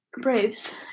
Braves